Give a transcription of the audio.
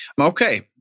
Okay